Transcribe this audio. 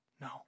No